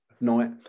night